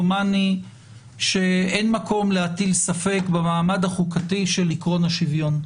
דומני שאין מקום להטיל ספק במעמד החוקתי של עיקרון השוויון.